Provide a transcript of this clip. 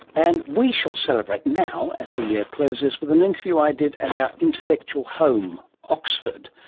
and we shall celebrate now as the year closes with an interview i did at our intellectual home, oxford,